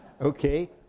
Okay